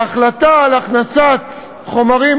ההחלטה על הכנסת חומרים